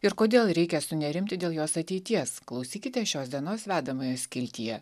ir kodėl reikia sunerimti dėl jos ateities klausykite šios dienos vedamojo skiltyje